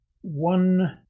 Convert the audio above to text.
one